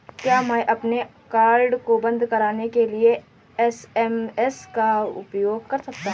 क्या मैं अपने कार्ड को बंद कराने के लिए एस.एम.एस का उपयोग कर सकता हूँ?